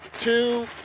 two